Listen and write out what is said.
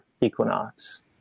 equinox